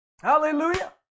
Hallelujah